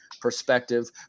perspective